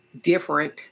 different